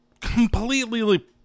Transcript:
completely